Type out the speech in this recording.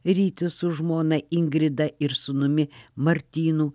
rytis su žmona ingrida ir sūnumi martynu